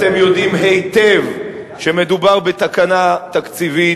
אתם יודעים היטב שמדובר בתקנה תקציבית